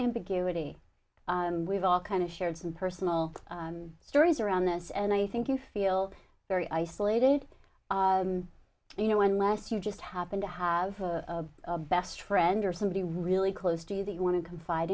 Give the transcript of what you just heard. ambiguity and we've all kind of shared some personal stories around this and i think you feel very isolated you know unless you just happen to have a best friend or somebody really close do they want to confide